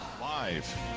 Live